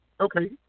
Okay